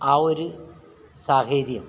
ആ ഒരു സാഹചര്യം